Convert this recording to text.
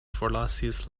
forlasis